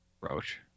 Roach